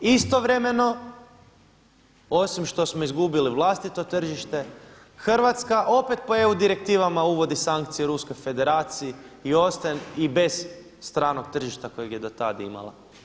Istovremeno osim što smo izgubili vlastito tržište Hrvatska opet po EU direktivama uvodi sankcije Ruskoj Federaciji i ostaje i bez stranog tržišta kojeg je do tad imala.